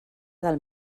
del